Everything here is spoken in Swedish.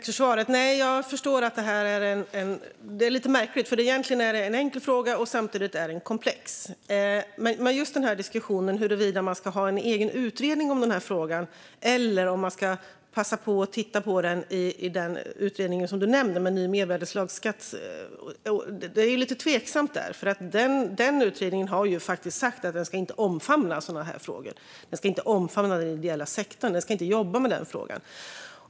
Fru talman! Tack, ministern, för svaret! Detta är lite märkligt, för det är en enkel fråga som samtidigt är komplex. När det gäller diskussionen om huruvida man ska ha en egen utredning om frågan eller passa på att titta på den i den utredning som du nämnde om en ny mervärdesskatt är det lite tveksamt. Den utredningen har faktiskt sagt att den inte ska omfamna sådana frågor och den ideella sektorn och att den inte ska jobba med den frågan.